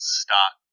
start